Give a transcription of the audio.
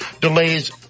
delays